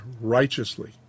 righteously